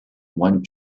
one